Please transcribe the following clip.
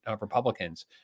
Republicans